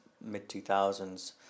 mid-2000s